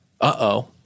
Uh-oh